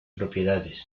propiedades